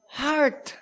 heart